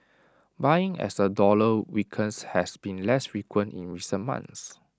buying as the dollar weakens has been less frequent in recent months